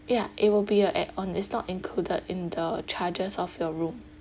ya it will be a add on it's not included in the charges of your room